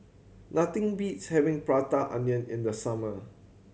nothing beats having Prata Onion in the summer